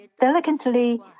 delicately